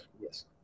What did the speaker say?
Yes